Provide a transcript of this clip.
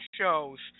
shows